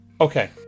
Okay